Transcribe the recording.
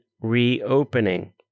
reopening